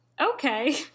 Okay